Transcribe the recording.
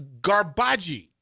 garbage